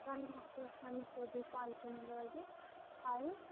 تَمہِ دۅہَن تہِ اوس یہِ سیٚودُے کۅلہِ کُنٕے لٲگِتھ پایٚپ